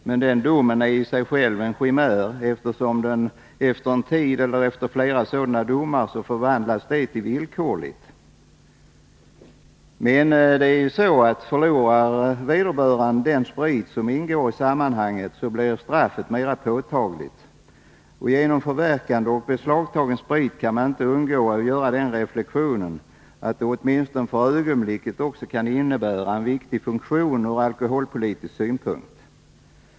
Men en sådan dom är i sig en chimär, eftersom den efter en tid — eller efter flera domar — oftast blir villkorlig. Om däremot vederbörande förlorar den sprit han har på sig upplevs straffet som mer påtagligt. Man kan inte undgå att också göra den reflektionen att ett förverkande av beslagtagen sprit fyller en viktig funktion ur alkoholpolitisk synpunkt.